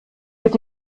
mit